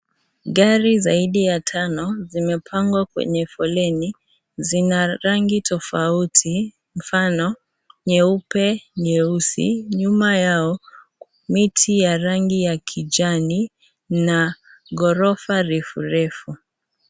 Gari zaidi ya tano, zimepangwa kwenye foleni, zina rangi tofauti, mfano, nyeupe, nyeusi, nyuma yao miti ya rangi ya kijani na gorofa refu refu.